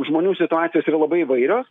žmonių situacijos yra labai įvairios